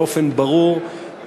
באופן ברור,